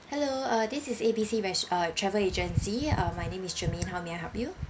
hello uh this is A B C res~ uh travel agency uh my name is germaine how may I help you